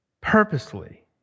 purposely